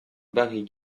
barry